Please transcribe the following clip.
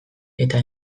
eta